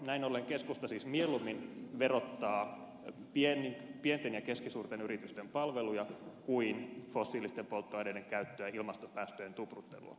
näin ollen keskusta siis mieluummin verottaa pienten ja keskisuurten yritysten palveluja kuin fossiilisten polttoaineiden käyttöä ilmastopäästöjen tupruttelua